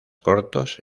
cortos